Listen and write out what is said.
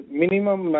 minimum